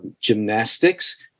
gymnastics